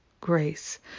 grace